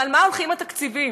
ועל מה הולכים התקציבים?